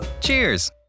Cheers